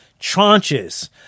tranches